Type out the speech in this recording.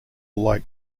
like